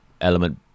element